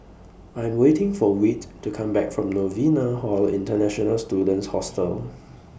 I'm waiting For Whit to Come Back from Novena Hall International Students Hostel